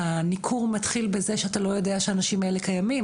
הניכור מתחיל בזה שאתה לא יודע שהאנשים האלה קיימים,